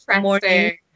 morning